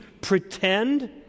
pretend